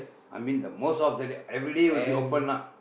I mean the most of the day everyday would be open lah